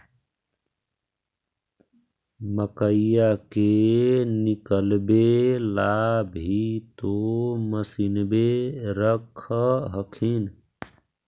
मकईया के निकलबे ला भी तो मसिनबे रख हखिन?